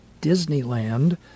Disneyland